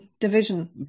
division